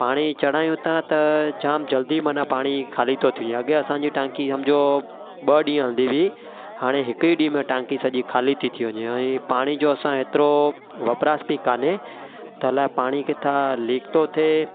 पाणी चढ़ायूं था त जाम जल्दी माना पाणी खाली थो थिए अॻिए असांजी टांकी सम्झो ॿ ॾींहं हलदी हुई हाणे हिकु ई ॾींहुं में टांकी सॼी खाली थी थी वञे ऐं पाणी जो असां हेतिरो वपराश बि कोन्हे त अलाए पाणी किथां लीक थो थिए